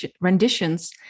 renditions